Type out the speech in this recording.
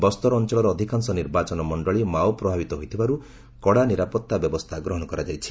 ବସ୍ତର ଅଞ୍ଚଳର ଅଧିକାଂଶ ନିର୍ବାଚନ ମଣ୍ଡଳି ମାଓ ପ୍ରଭାବିତ ହୋଇଥିବାରୁ କଡ଼ା ନିରାପତ୍ତା ବ୍ୟବସ୍ଥା ଗ୍ରହଣ କରାଯାଇଛି